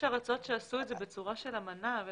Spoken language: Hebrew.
יש ארצות שעשו את זה בצורה של אמנה.